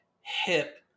hip